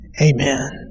Amen